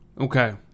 Okay